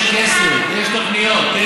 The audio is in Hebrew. יש כסף, יש תוכניות.